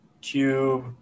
Cube